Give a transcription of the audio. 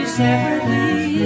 separately